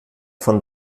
von